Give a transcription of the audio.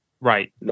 Right